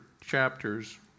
chapters